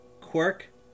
quirk